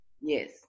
Yes